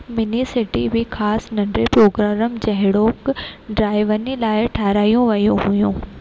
mini city बि ख़ासि नंढनि प्रोग्रामनि जहिड़ो ड्राइवरनि लाइ ठहारायो वियूं हुयो